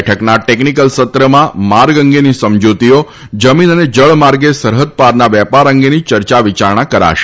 બેઠકના ટેકનીકલ સત્રમાં માર્ગ અંગેની સમજુતીઓ જમીન અન જળ માર્ગે સરફદપારના વેપાર અંગેની યર્યા વિચારણા કરાશે